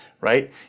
right